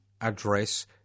address